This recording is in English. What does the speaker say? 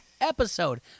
episode